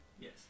Yes